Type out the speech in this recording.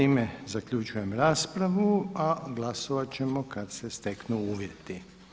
Time zaključujem raspravu, a glasovat ćemo kad se steknu uvjeti.